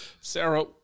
Sarah